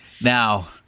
Now